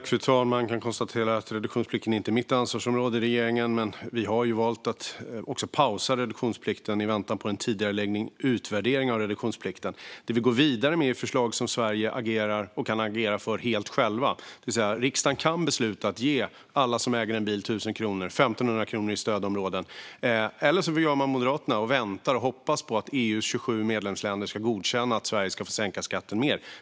Fru talman! Reduktionsplikten är inte mitt ansvarsområde i regeringen, men vi har valt att pausa reduktionsplikten i väntan på en tidigarelagd utvärdering av reduktionsplikten. Det vi går vidare med är förslag som Sverige självt kan göra, det vill säga riksdagen kan besluta att ge alla som äger en bil 1 000 kronor och 1 500 kronor i stödområden. Eller så gör man som Moderaterna och väntar och hoppas att EU:s 27 medlemsländer ska godkänna att Sverige sänker skatten mer.